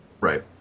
Right